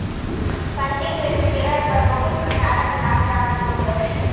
पंजीकृत शेयर पर बहुत प्रकारक लाभ प्राप्त होइत अछि